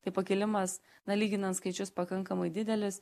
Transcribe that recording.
tai pakilimas na lyginant skaičius pakankamai didelis